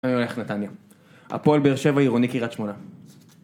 ‫אני הולך, נתניה. ‫הפועל באר שבע, עירוני קריית שמונה.